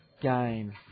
game